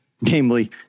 namely